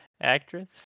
actress